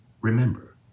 Remember